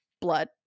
blood